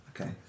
Okay